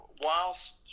whilst